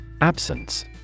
Absence